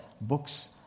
books